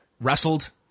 wrestled